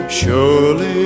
surely